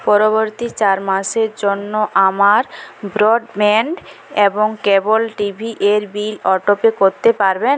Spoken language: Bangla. পরবর্তী চার মাসের জন্য আমার ব্রডব্যান্ড এবং কেবল টিভিয়ের বিল অটোপে করতে পারবেন